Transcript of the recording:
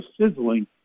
sizzling